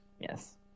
Yes